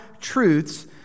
truths